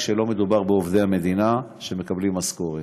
כשלא מדובר בעובדי מדינה שמקבלים משכורת.